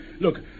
Look